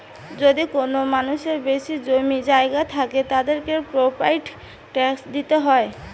যদি কোনো মানুষের বেশি জমি জায়গা থাকে, তাদেরকে প্রপার্টি ট্যাক্স দিইতে হয়